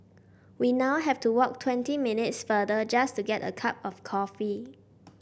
we now have to walk twenty minutes farther just to get a cup of coffee